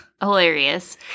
hilarious